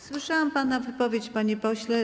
Słyszałam pana wypowiedź, panie pośle.